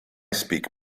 speak